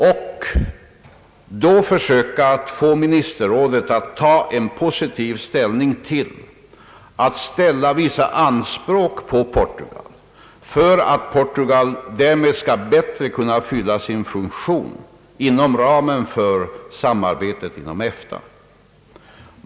Vi ämnar då söka få ministerrådet att ställa vissa anspråk på Portugal, så att landet bättre skall kunna fylla sin funktion inom ramen för samarbetet i EFTA.